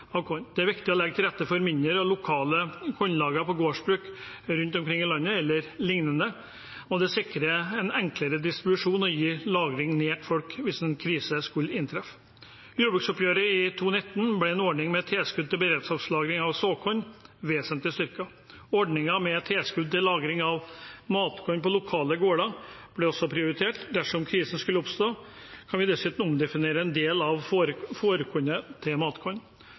av korn. Det er viktig å legge til rette for mindre og lokale kornlagre på gårdsbruk e.l. rundt omkring i landet. Det sikrer en enklere distribusjon og gir lagring nær folk hvis en krise skulle inntreffe. I jordbruksoppgjøret i 2019 ble en ordning med et tilskudd til beredskapslagring av såkorn vesentlig styrket. Ordningen med et tilskudd til lagring av matkorn på lokale gårder ble også prioritert. Dersom krisen skulle oppstå, kan vi dessuten omdefinere en del av fôrkornet til